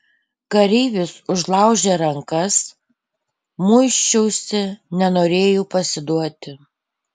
kareivis užlaužė rankas muisčiausi nenorėjau pasiduoti